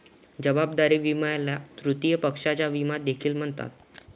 जबाबदारी विम्याला तृतीय पक्षाचा विमा देखील म्हणतात